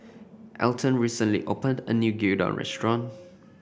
Elton recently opened a new Gyudon Restaurant